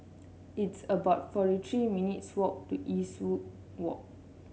it's about forty three minutes' walk to Eastwood Walk